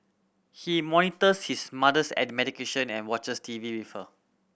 he monitors his mother's at the medication and watches T V with her